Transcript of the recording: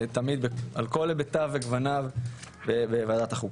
על כל היבטיו וגווניו בוועדת החוקה.